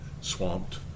swamped